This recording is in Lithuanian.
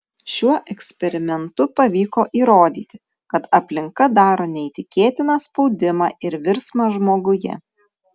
šiuo eksperimentu pavyko įrodyti kad aplinka daro neįtikėtiną spaudimą ir virsmą žmoguje